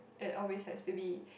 that always has to be